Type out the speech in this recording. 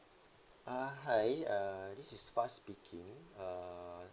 uh hi uh this is fas speaking err